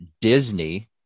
Disney